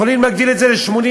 יכולים להגדיל את זה ל-70,000,